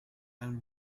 and